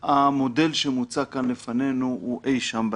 המודל שמוצע כאן לפנינו הוא אי שם באמצע.